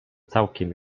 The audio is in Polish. całkiem